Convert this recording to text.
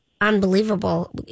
unbelievable